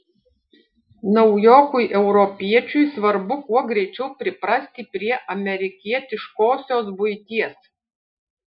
naujokui europiečiui svarbu kuo greičiau priprasti prie amerikietiškosios buities